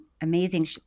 amazing